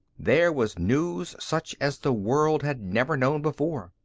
there was news such as the world had never known before.